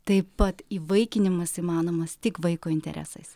taip pat įvaikinimas įmanomas tik vaiko interesais